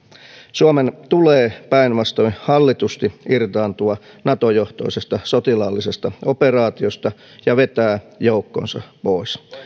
suomen tulee päinvastoin hallitusti irtaantua nato johtoisesta sotilaallisesta operaatiosta ja vetää joukkonsa pois